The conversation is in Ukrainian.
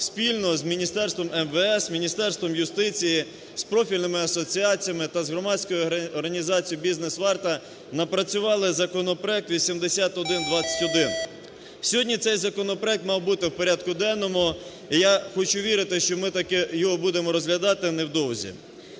спільно з Міністерством МВС, Міністерством юстиції, з профільними асоціаціями та з громадською організацією "Бізнес-Варта" напрацювали законопроект 8121. Сьогодні цей законопроект мав бути в порядку денному. І я хочу вірити, що ми таки будемо його розглядати невдовзі.